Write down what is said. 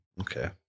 Okay